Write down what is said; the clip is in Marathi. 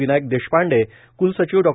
विनायक देशपांडेए क्लसचिव डॉ